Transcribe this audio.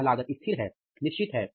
वह लागत स्थिर है निश्चित है